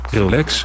relax